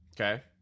Okay